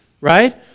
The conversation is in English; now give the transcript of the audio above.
Right